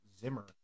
Zimmer